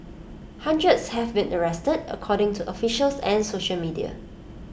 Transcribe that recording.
hundreds have been arrested according to officials and social media